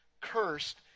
cursed